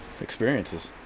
experiences